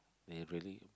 they really